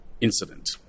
incident